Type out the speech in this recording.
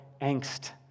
angst